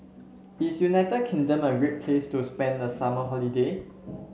is United Kingdom a great place to spend the summer holiday